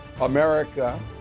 America